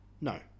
No